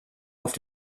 auf